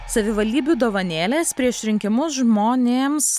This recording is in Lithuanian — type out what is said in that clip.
savivaldybių dovanėlės prieš rinkimus žmonėms